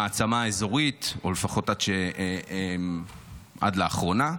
מעצמה אזורית, לפחות עד לאחרונה.